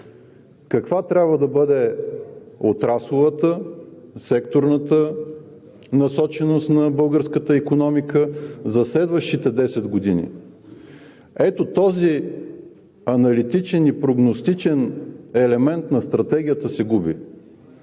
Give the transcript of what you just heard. каква трябва да бъде отрасловата, секторната насоченост на българската икономика за следващите 10 години. Ето този аналитичен и прогностичен елемент на Стратегията се губи,